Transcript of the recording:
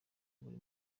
buri